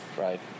right